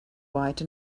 white